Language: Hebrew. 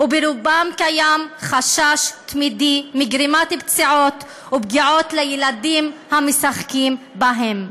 וברובם קיים חשש תמידי מגרימת פציעות ופגיעות לילדים המשחקים בהם.